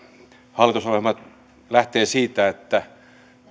hallitusohjelma lähtee siitä että